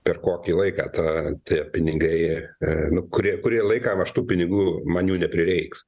per kokį laiką tą tie pinigai nukri kurį laiką aš tų pinigų man jų neprireiks